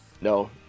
No